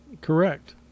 Correct